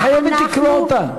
את חייבת לקרוא אותה.